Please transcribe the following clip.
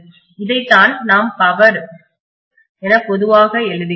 இதைத்தான் நாம் பவர் என பொதுவாக எழுதுகிறோம்